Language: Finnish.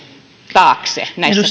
taakse näissä